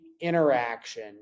interaction